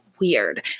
weird